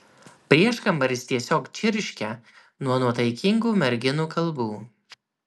prieškambaris tiesiog čirškia nuo nuotaikingų merginų kalbų